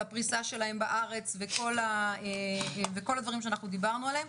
על הפריסה שלהם בארץ וכל הדברים שאנחנו דיברנו עליהם.